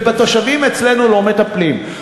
ובתושבים אצלנו לא מטפלים.